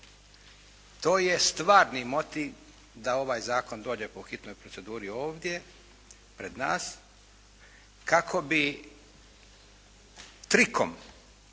To je stvarni motiv da ovaj zakon dođe po hitnoj proceduri ovdje pred nas kako bi trikom,